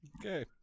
Okay